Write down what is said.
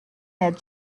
that